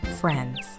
Friends